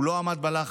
הוא לא עמד בלחץ,